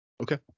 Okay